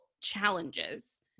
challenges